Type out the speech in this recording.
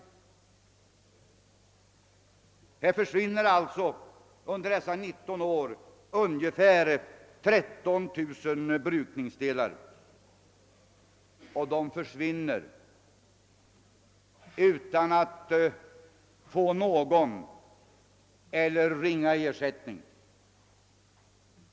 Under dessa 19 år kommer det alltså att försvinna ungefär 13 000 brukningsdelar, och de försvinner utan att ägarna får någon eller blott ringa ersättning.